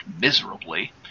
miserably